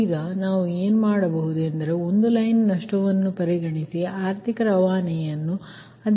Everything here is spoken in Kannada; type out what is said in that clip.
ಈಗ ನಾವು ಏನು ಮಾಡುತ್ತೇವೆ ಎಂದರೆ ಒಂದು ಲೈನ್ ನಷ್ಟವನ್ನುಪರಿಗಣಿಸಿ ಆರ್ಥಿಕ ರವಾನೆಯನ್ನು ಅಧ್ಯಯನ ಮಾಡುತ್ತೇವೆ